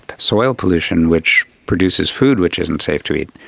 soil pollution, which produces food which isn't safe to eat.